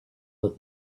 that